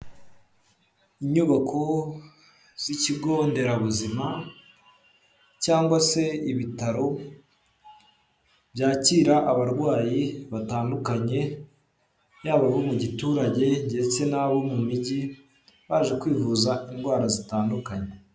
Inyubako z'ikigo nderabuzima cyangwa se ibitaro byakira abarwayi batandukanye, yaba abo mu giturage ndetse n'abo mu mijyi, baje kwivuza indwara zitandukanye.